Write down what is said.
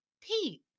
Pete